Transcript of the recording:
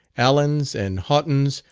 allens, and haughtons,